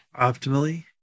Optimally